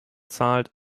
zahlt